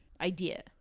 idea